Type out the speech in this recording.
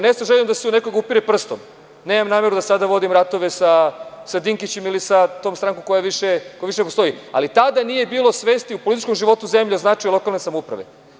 Ne sa željom da se u nekoga upire prstom, nemam nameru da sada vodim ratove sa Dinkićem ili sa tom strankom koja više ne postoji, ali, tada nije bilo svesti u političkom životu zemlje o značaju lokalne samouprave.